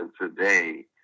today